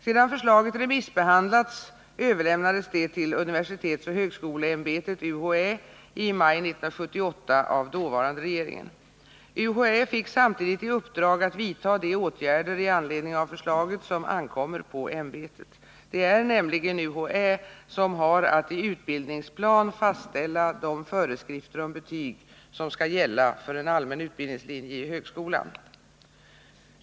Sedan förslaget remissbehandlats överlämnades det till universitetsoch högskoleämbetet i maj 1978 av dåvarande regeringen. UHÄ fick samtidigt i uppdrag att vidta de åtgärder i anledning av förslaget som ankommer på ämbetet. Det är nämligen UHÄ som har att i utbildningsplan fastställa de föreskrifter om betyg som skall gälla för en allmän utbildningslinje i högskolan.